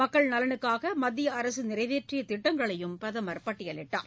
மக்கள் நலனுக்காக மத்திய அரசு நிறைவேற்றிய திட்டங்களையும் பிரதமர் பட்டியலிட்டார்